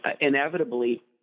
inevitably